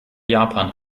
japan